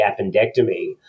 appendectomy